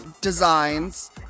designs